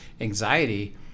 anxiety